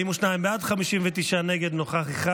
42 בעד, 59 נגד, נוכח אחד.